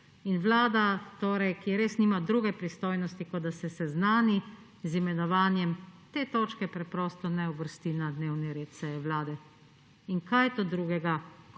torej, ki res nima druge pristojnosti, kot da se seznani z imenovanjem, te točke preprosto ne uvrsti na dnevni red seje Vlade. In kaj je to drugega,